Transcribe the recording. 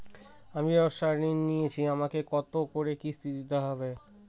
আমি ব্যবসার ঋণ নিয়েছি আমাকে কত করে কিস্তি দিতে হবে?